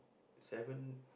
seven